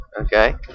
Okay